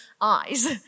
eyes